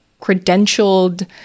credentialed